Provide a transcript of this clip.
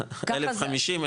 1050,